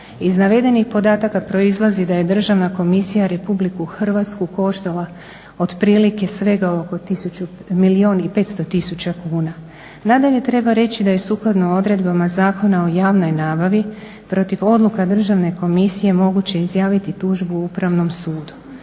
Iz navedenih podataka proizlazi da je državna komisija RH koštala otprilike svega oko 1 500 000 kuna. Nadalje treba reći da je sukladno odredbama Zakona o javnoj nabavi protiv odluka državne komisije moguće izjaviti tužbu Upravnom sudu.